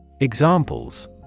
Examples